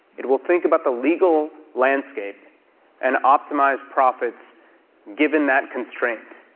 it will think about the legal landscape and optimize profits given that constraint.